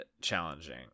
challenging